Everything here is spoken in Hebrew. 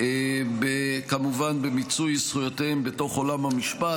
כמובן במיצוי זכויותיהם בתוך עולם המשפט.